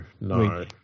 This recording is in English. no